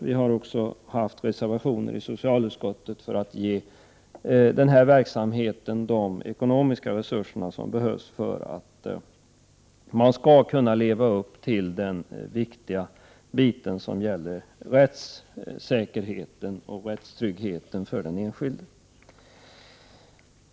Vi har också i socialutskottet reserverat oss för att man skall ge verksamheten de ekonomiska resurser som behövs för att man skall kunna garantera rättssäkerhet och rättstrygghet för den enskilde.